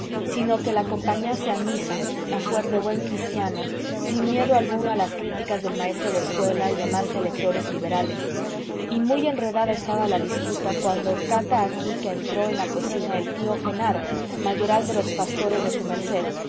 sino que la acompañase a misa a fuer de buen cristiano sin miedo alguno a las críticas del maestro de escuela y demás electores liberales y muy enredada estaba la disputa cuando cata aquí que entró en la cocina el tío jenaro mayoral de los pastores de su merced